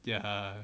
ya